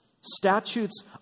Statutes